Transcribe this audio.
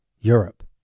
Europe